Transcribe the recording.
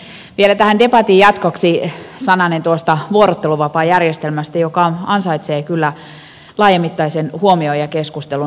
vielä tähän debatin jatkoksi sananen tuosta vuorotteluvapaajärjestelmästä joka ansaitsee kyllä laajamittaisen huomion ja keskustelun